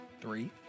Three